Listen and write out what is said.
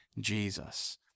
Jesus